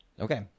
okay